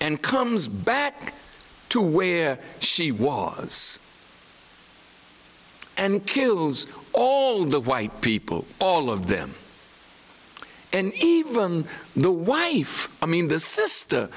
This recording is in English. and comes back to where she was and kills all the white people all of them and even the wife i mean this